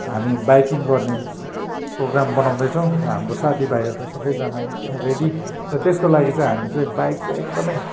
हामी बाइकिङ गर्ने प्रोग्राम बनाउँदैछौँ हाम्रो साथीभाइहरू सबैजना एकदमै रेडी र त्यसको लागि चाहिँ हामी चाहिँ बाइक चाहिँ एकदमै